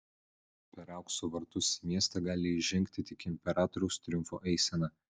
per aukso vartus į miestą gali įžengti tik imperatoriaus triumfo eisena